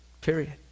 Period